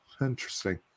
Interesting